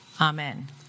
Amen